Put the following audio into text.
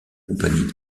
compagnie